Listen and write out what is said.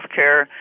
healthcare